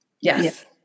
Yes